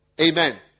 Amen